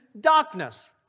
darkness